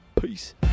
peace